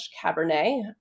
Cabernet